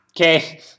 Okay